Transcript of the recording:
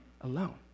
alone